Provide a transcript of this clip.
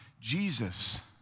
Jesus